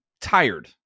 tired